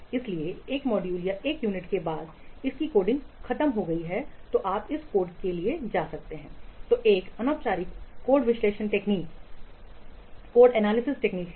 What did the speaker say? इसलिए एक मॉड्यूल या एक यूनिट के बाद इसकी कोडिंग खत्म हो गई है तो आप इस कोड के लिए जा सकते हैं जो एक अनौपचारिक कोड विश्लेषण तकनीक है